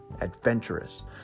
adventurous